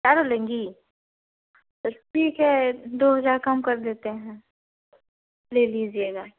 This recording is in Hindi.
चारो लेंगी तो ठीक है दो हजार कम कर देते हैं ले लीजिएगा